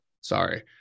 Sorry